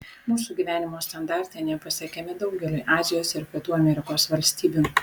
mūsų gyvenimo standartai nepasiekiami daugeliui azijos ir pietų amerikos valstybių